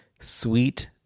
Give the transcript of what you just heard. sweet